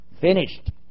finished